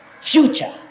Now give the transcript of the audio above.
future